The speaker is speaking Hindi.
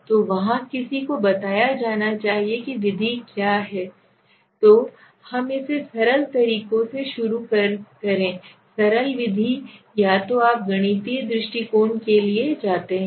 तो वहाँ किसी को बताया जाना चाहिए कि विधि क्या है तो हम इसे सरल तरीकों से शुरू करें सरल विधि या तो आप गणितीय दृष्टिकोण के लिए जाते हैं